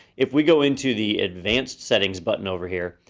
if we go into the advanced settings button over here,